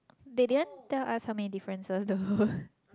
they didn't tell us how many differences though